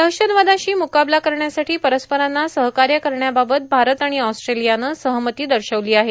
दहशतवादाशी मुकाबला करण्यासाठी परस्परांना सहकार्य करण्याबाबत भारत आणि ऑस्ट्रेलियानी सहमती दर्शवली आहे